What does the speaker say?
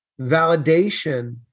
validation